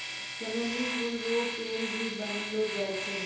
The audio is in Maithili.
चमेली फूल रो तेल भी बनैलो जाय छै